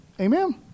Amen